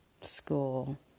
School